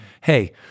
Hey